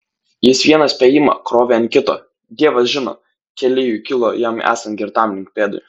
jis vieną spėjimą krovė ant kito dievas žino keli jų kilo jam esant girtam lyg pėdui